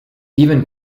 even